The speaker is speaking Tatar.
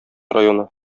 районы